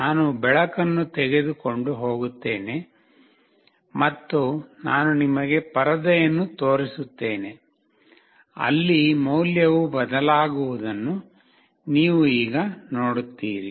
ನಾನು ಬೆಳಕನ್ನು ತೆಗೆದುಕೊಂಡು ಹೋಗುತ್ತೇನೆ ಮತ್ತು ನಾನು ನಿಮಗೆ ಪರದೆಯನ್ನು ತೋರಿಸುತ್ತೇನೆ ಅಲ್ಲಿ ಮೌಲ್ಯವು ಬದಲಾಗುವುದನ್ನು ನೀವು ಈಗ ನೋಡುತ್ತೀರಿ